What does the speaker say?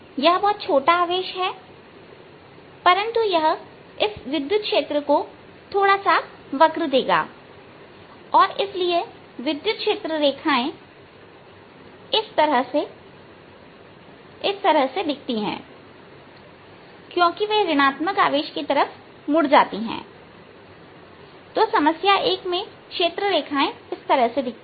यह एक बहुत छोटा आवेश है परंतु यह इस विद्युत क्षेत्र को थोड़ा सा वक्र देगा और इसलिए विद्युत क्षेत्र रेखाएं इस तरह से दिखती हैं क्योंकि वे ऋण आत्मक आवेश की तरफ मुड़ जाती है तो समस्या 1 में क्षेत्र रेखाएं इस तरह दिखती हैं